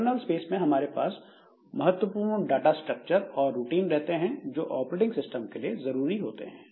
colonel space में हमारे पास महत्वपूर्ण डाटा स्ट्रक्चर और रूटीन रहते हैं जो ऑपरेटिंग सिस्टम के लिए जरूरी होते हैं